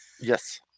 yes